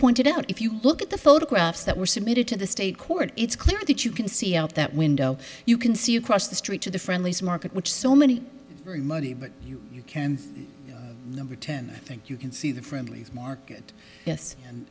pointed out if you look at the photographs that were submitted to the state court it's clear that you can see out that window you can see across the street to the friendly's market which so many very muddy but you can see number ten i think you can see the friendly market